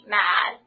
mad